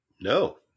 No